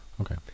Okay